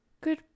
good